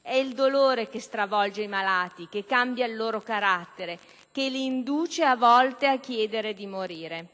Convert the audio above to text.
È il dolore che stravolge i malati, che cambia il loro carattere, che li induce a volte a chiedere di morire.